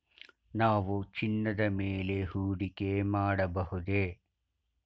ನಾವು ಚಿನ್ನದ ಮೇಲೆ ಹೂಡಿಕೆ ಮಾಡಬಹುದೇ?